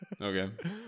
Okay